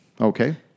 okay